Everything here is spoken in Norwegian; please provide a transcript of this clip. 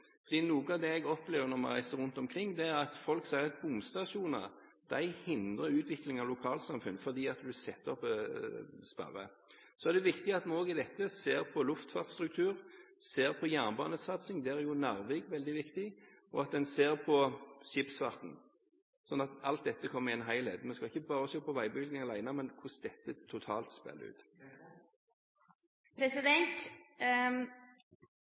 Noe av det jeg opplever når vi reiser rundt omkring, er at folk sier at bomstasjoner hindrer utvikling av lokalsamfunn, fordi man setter opp sperrer. Så er det viktig at man også i dette ser på luftfartsstruktur, ser på jernbanesatsing – der er Narvik veldig viktig – og at en ser på skipsfarten, sånn at alt dette kommer i en helhet. Man skal ikke bare se på veibyggingen alene, men hvordan dette totalt spiller ut.